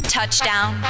Touchdown